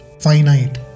finite